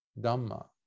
Dhamma